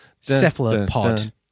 Cephalopod